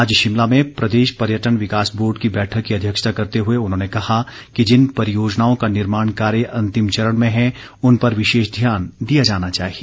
आज शिमला में प्रदेश पर्यटन विकास बोर्ड की बैठक की अध्यक्षता करते हुए उन्होंने कहा कि जिन परियोजनाओं का निर्माण कार्य अंतिम चरण में है उन पर विशेष ध्यान दिया जाना चाहिए